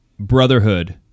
brotherhood